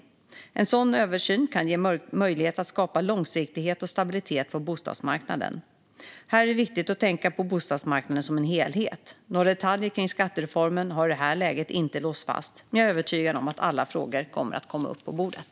En sådan översyn kan ge möjlighet att skapa långsiktighet och stabilitet på bostadsmarknaden. Här är det viktigt att tänka på bostadsmarknaden som en helhet. Några detaljer kring skattereformen har i det här läget inte låsts fast, men jag är övertygad om att alla frågor kommer att komma upp på bordet.